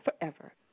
forever